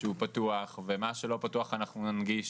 שהוא פתוח ומה שלא פתוח אנחנו ננגיש,